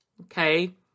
okay